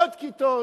עוד כיתות.